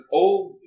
old